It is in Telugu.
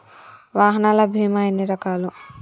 వాహనాల బీమా ఎన్ని రకాలు?